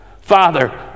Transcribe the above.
Father